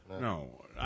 No